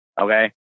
Okay